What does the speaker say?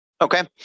Okay